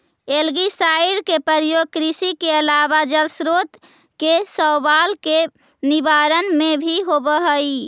algicide के प्रयोग कृषि के अलावा जलस्रोत के शैवाल के निवारण में भी होवऽ हई